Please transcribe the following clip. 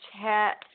chat